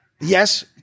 yes